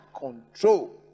control